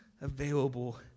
available